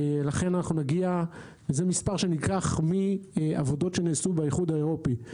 לכן אנחנו נגיע זה מספר שנלקח מעבודות שנעשו באיחוד האירופי,